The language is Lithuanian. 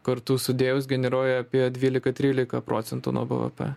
kartu sudėjus generuoja apie dvylika trylika procentų nuo bvp